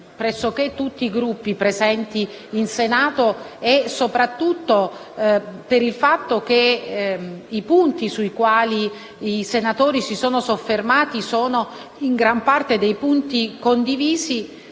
pressoché tutti i Gruppi presenti in Senato e, soprattutto, per il fatto che i punti sui quali i senatori si sono soffermati sono in gran parte condivisi,